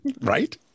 right